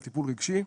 על טיפול רגשי,